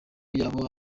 yabo